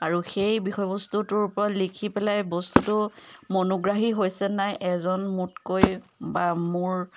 আৰু সেই বিষয়বস্তুটোৰ ওপৰত লিখিপেলাই বস্তুটো মনোগ্ৰাহী হৈছে নে নাই এজন মোতকৈ বা মোৰ